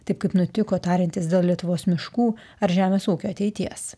taip kaip nutiko tariantis dėl lietuvos miškų ar žemės ūkio ateities